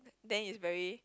then is very